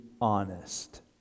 honest